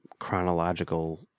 Chronological